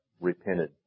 repented